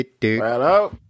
Hello